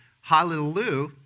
Hallelujah